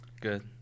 Good